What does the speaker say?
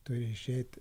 turi išeit